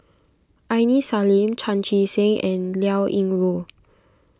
Aini Salim Chan Chee Seng and Liao Yingru